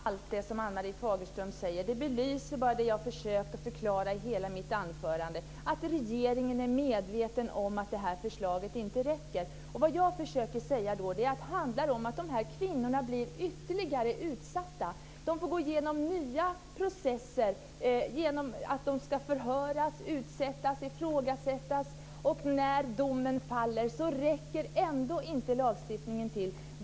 Herr talman! Det som Ann-Marie Fagerström nu sade säger allt. Det belyser bara det jag har försökt förklara i hela mitt anförande, nämligen att regeringen är medveten om att det här förslaget inte räcker. Vad jag då försöker säga är att det handlar om att dessa kvinnor blir ytterligare utsatta. De får gå igenom nya processer genom att de ska förhöras, utsättas och ifrågasättas, och när domen faller räcker ändå inte lagstiftningen till.